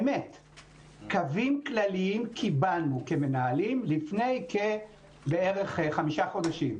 אכן קיבלנו לפני בערך חמישה חודשים.